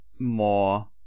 more